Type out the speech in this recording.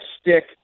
stick